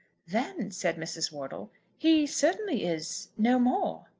then, said mrs. wortle, he certainly is no more.